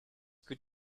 good